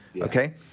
Okay